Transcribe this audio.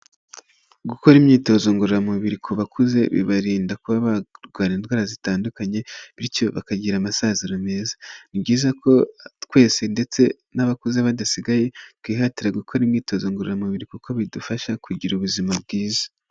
Gukora imyitozo ngororamubiri ku bakuze bibarinda kuba barwara indwara zitandukanye bityo bakagira amasazi meza, ni byiza ko twese ndetse n'abakuze badasigaye twihatira gukora imyitozo ngororamubiri kuko bidufasha kugira ubuzima bwiza.